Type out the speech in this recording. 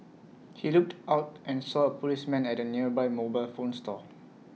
he looked out and saw policemen at the nearby mobile phone store